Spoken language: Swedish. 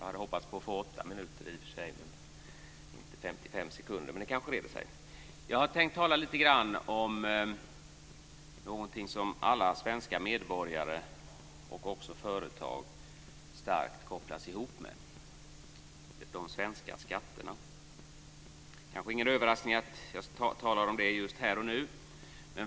Herr talman! Jag har tänkt att tala lite grann om någonting som alla svenska medborgare och också företag starkt kopplas ihop med: de svenska skatterna. Det är kanske ingen överraskning att jag talar om det just här och nu.